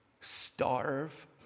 starve